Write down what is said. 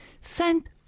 sent